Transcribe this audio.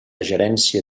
gerència